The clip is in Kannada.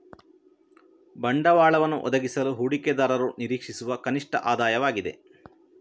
ಬಂಡವಾಳವನ್ನು ಒದಗಿಸಲು ಹೂಡಿಕೆದಾರರು ನಿರೀಕ್ಷಿಸುವ ಕನಿಷ್ಠ ಆದಾಯವಾಗಿದೆ